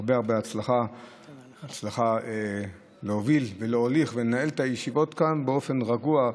הרבה הרבה הצלחה בהובלה ובהולכת הישיבות כאן באופן רגוע.